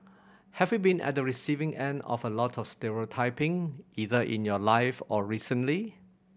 have you been at the receiving end of a lot of stereotyping either in your life or recently